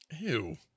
Ew